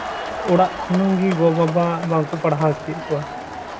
ᱚᱲᱟᱜ ᱠᱷᱚᱱᱟᱝ ᱜᱮ ᱜᱚ ᱵᱟᱵᱟ ᱵᱟᱝᱠᱚ ᱯᱟᱲᱦᱟᱣ ᱚᱪᱚᱭᱮᱜ ᱠᱚᱣᱟ